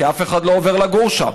כי אף אחד לא עובר לגור שם.